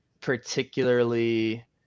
particularly